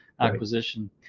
acquisition